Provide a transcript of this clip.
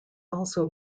also